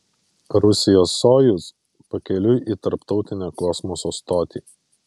rusijos sojuz pakeliui į tarptautinę kosmoso stotį